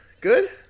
Good